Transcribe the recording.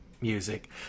music